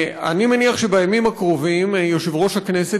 אני מניח שבימים הקרובים יושב-ראש הכנסת,